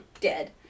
dead